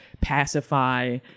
pacify